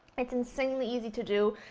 it's insanely easy to do,